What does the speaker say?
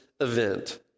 event